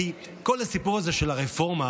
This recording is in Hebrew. כי כל הסיפור הזה של הרפורמה,